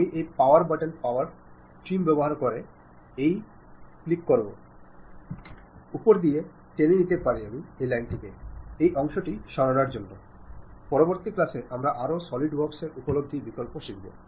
ആശയവിനിമയമാണ് നിങ്ങളുടെ വ്യക്തിത്വം വെളിപ്പെടുത്തുന്നത് ആശയവിനിമയമാണ് നിങ്ങളുടെ അറിവ് വെളിപ്പെടുത്തുന്നത് ആശയവിനിമയമാണ് നിങ്ങളെ എല്ലായ്പ്പോഴും ഓർമ്മിക്കാൻ പ്രേരിപ്പിക്കുന്നത്